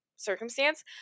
Circumstance